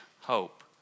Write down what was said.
hope